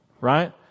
right